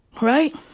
Right